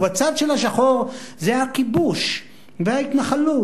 ובצד של השחור זה הכיבוש וההתנחלות,